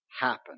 happen